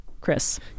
Chris